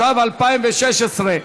2), התשע"ו 2016,